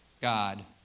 God